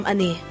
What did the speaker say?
Ani